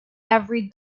every